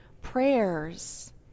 prayers